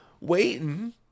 waiting